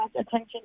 attention